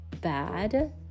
bad